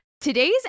Today's